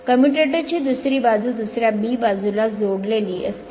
कम्युटेटरची दुसरी बाजू दुसऱ्या b बाजूला जोडलेली असते